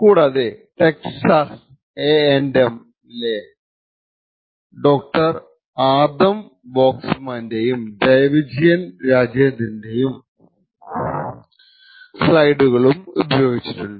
കൂടാതെ Texas A M ലെ Texas A M Dr Adam വേക്സ്മാന്റെയും ജയവിജയൻ രാജേന്ദ്രന്റെയും സ്ലൈഡുകളും ഉപയോഗിച്ചിട്ടുണ്ട്